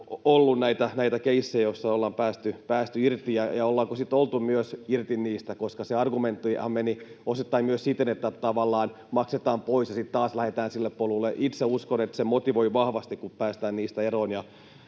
ollut näitä keissejä, joissa ollaan päästy irti, ja ollaanko sitten myös oltu irti niistä. Se argumenttihan meni osittain myös siten, että tavallaan maksetaan pois ja sitten taas lähdetään sille polulle. Itse uskon, että se motivoi vahvasti, kun päästään niistä eroon